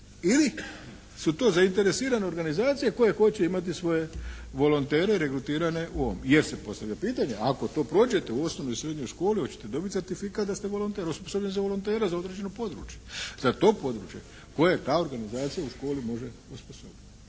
i/ili su to zainteresirane organizacije koje hoće imati svoje volontere regrutirane u ovom. Jer se postavlja pitanje, ako to prođete u osnovnoj i srednjoj školi hoćete li dobiti certifikat da ste volonter, osposobljen za volontera za određeno područje, za to područje koje ta organizacija u školi može osposobiti.